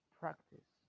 practice